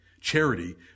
Charity